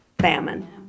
famine